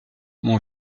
mon